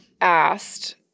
asked